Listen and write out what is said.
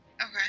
okay